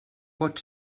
pot